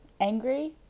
angry